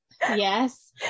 Yes